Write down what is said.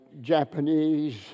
Japanese